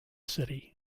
city